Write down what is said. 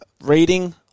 Reading